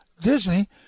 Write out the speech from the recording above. Disney